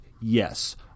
Yes